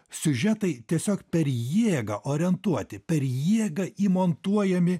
siužetai tiesiog per jėgą orientuoti per jėgą įmontuojami